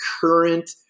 current